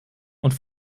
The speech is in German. und